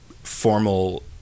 formal